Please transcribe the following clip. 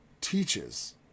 teaches